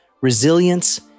resilience